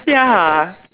ya